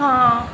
हाँ